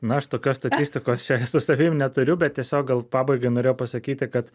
na aš tokios statistikos čia su savim neturiu bet tiesiog gal pabaigai norėjau pasakyti kad